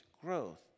growth